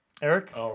Eric